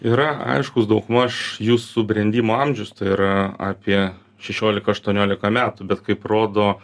yra aiškus daugmaž jų subrendimo amžius tai yra apie šešiolika aštuoniolika metų bet kaip rodo